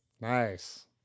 Nice